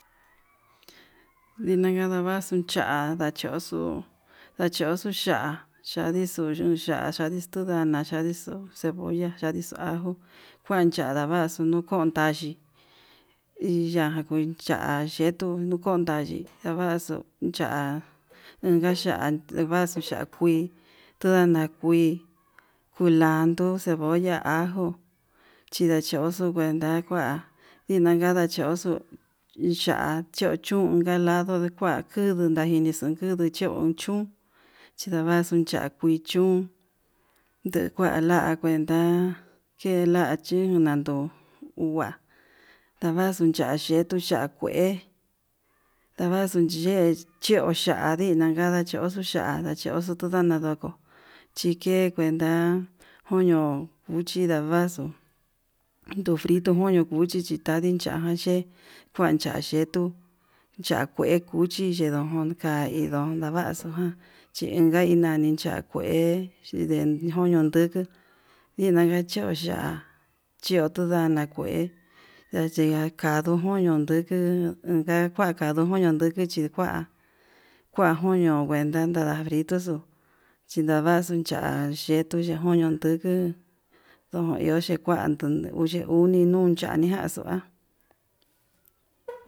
Ndiganavaxuu cha'a chuxu ndachuxu xha'a, chadixu ñuya'á chadixo tundana yandixo cebolla chadixo ajó kuan chadaxu nuu kuntayi hi ya'á kue ya yeko nuu kendavi ndavaxu cha'á, inka ya'a devaxu ya'á kui tudana kuii kulandu cebolla ajo chindachoxo ndakua ndina kanda choxo ya'á cha chunka lado kua kudu nadixo kuduu chun chón xavaxu ya'a kui chun ndekuala kuenta ke lachi kunanduu kua ndavaxu ya yekuu, ya'a kue ndavaxu yee inangachoxo ya'á inagachoxo chike kuenta koño cuchi ndavaxu ndu frito kuño cuchi chitandi ya'á, ye'e kuanta yetuu ya kue cuchi chindakue ka'í don ndavaxu ján chinka inani ya'á kue xhinen ñoño nduku ndinaga chó ya'á chio tundana kué ndachiga kadun yono ndukuu unjan kua kayuu koño nduku cuchi kua koño kuenta, anada frito xuu chindavatu ya'á kuento ndejón ndontuku ndo iho xhikua unde yuni nuu ya'á nijaxia.